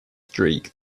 streak